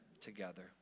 together